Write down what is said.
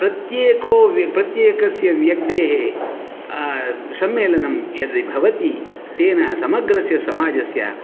प्रत्येको प्रत्येकस्य व्यक्तेः सम्मेलनं यदि भवति तेन समग्रस्य समाजस्य